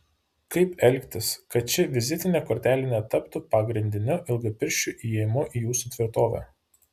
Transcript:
kaip elgtis kad ši vizitinė kortelė netaptų pagrindiniu ilgapirščių įėjimu į jūsų tvirtovę